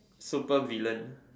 super villain